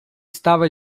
estava